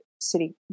city